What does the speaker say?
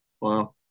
wow